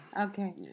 Okay